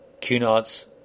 Cunard's